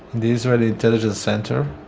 the israeli intelligence center.